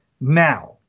Now